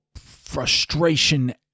frustration